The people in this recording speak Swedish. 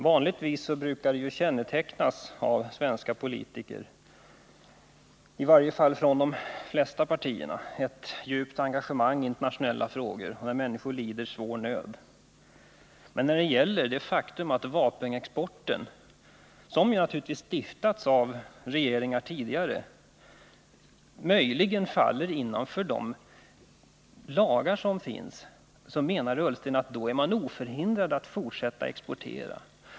Herr talman! Svenska politiker, i varje fall de flesta, brukar vanligtvis kännetecknas av ett djupt engagemang i internationella frågor och när 173 människor lider svår nöd. Men när det gäller vapenexport som möjligen faller inom ramen för befintliga lagar — som naturligtvis har stiftats av tidigare regeringar — menar Ola Ullsten att man är oförhindrad att fortsätta exportera.